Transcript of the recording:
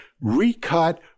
Recut